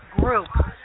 group